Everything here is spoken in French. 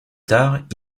tard